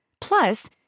Plus